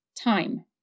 time